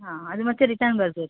ಹಾಂ ಅದು ಮತ್ತೆ ರಿಟರ್ನ್ ಬರ್ಬೇಕು